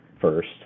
first